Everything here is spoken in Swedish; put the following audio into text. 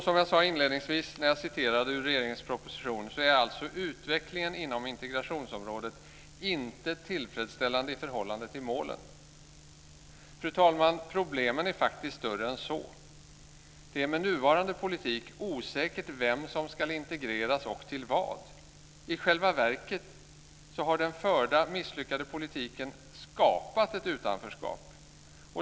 Som jag sade inledningsvis när det gäller regeringens proposition är "utvecklingen inom integrationsområdet inte tillfredsställande i förhållande till målen". Fru talman! Problemen är faktiskt större än så. Med nuvarande politik är det osäkert vem som ska integreras och till vad. I själva verket har den förda misslyckade politiken skapat ett utanförskap.